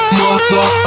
mother